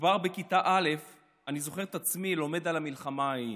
כבר בכיתה א' אני זוכר את עצמי לומד על המלחמה ההיא,